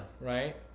Right